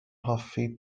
hoffi